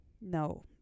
No